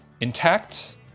intact